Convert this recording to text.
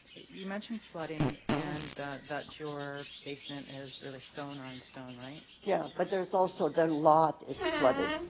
you mentioned flooding and that your basement is really stone on stone, right? yeah, but there's also the lot is flooded.